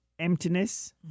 emptiness